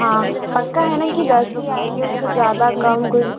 हाँ पता है ना कि दस ही आएंगे उससे ज़्यादा कम कुछ